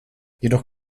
jedoch